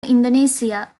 indonesia